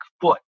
foot